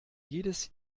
jedes